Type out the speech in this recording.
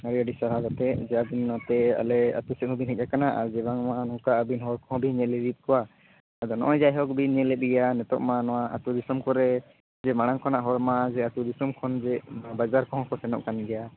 ᱦᱳᱭ ᱟᱹᱰᱤ ᱥᱟᱨᱦᱟᱣ ᱜᱟᱛᱮ ᱡᱟᱜᱮ ᱱᱚᱛᱮ ᱟᱞᱮ ᱟᱹᱛᱩ ᱥᱮᱫ ᱦᱚᱸ ᱵᱮᱱ ᱦᱮᱡ ᱟᱠᱟᱱᱟ ᱟᱨ ᱵᱟᱝᱢᱟ ᱱᱚᱝᱠᱟ ᱟᱹᱵᱤᱱ ᱦᱚᱲ ᱠᱚᱦᱚᱸ ᱵᱤᱱ ᱧᱮᱞ ᱤᱫᱤᱭᱮᱫ ᱠᱚᱣᱟ ᱟᱫᱚ ᱱᱚᱜ ᱚᱭ ᱡᱟᱭᱦᱳᱠ ᱵᱤᱱ ᱧᱮᱞ ᱤᱫᱤᱭᱮᱫᱼᱟ ᱱᱤᱛᱚᱜ ᱢᱟ ᱱᱚᱣᱟ ᱟᱹᱛᱩ ᱫᱤᱥᱚᱢ ᱠᱚᱨᱮ ᱡᱮ ᱢᱟᱲᱟᱝ ᱠᱷᱚᱱᱟᱜ ᱦᱚᱲ ᱢᱟ ᱟᱹᱛᱩ ᱫᱤᱥᱚᱢ ᱠᱷᱚᱱᱜᱮ ᱵᱟᱡᱟᱨ ᱠᱚᱦᱚᱸ ᱠᱚ ᱥᱮᱱᱚᱜ ᱠᱟᱱ ᱜᱮᱭᱟ